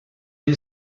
une